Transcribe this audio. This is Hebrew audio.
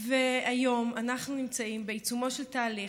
והיום אנחנו נמצאים בעיצומו של תהליך,